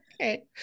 Okay